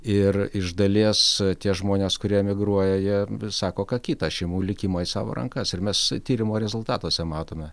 ir iš dalies tie žmonės kurie emigruoja jie vis sako ką kitą aš imu likimą į savo rankas ir mes tyrimo rezultatuose matome